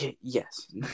Yes